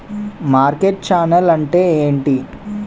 Market channel అంటే ఏంటి?